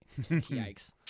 Yikes